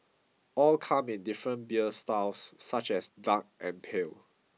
all come in different beer styles such as dark and pale